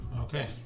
Okay